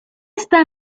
está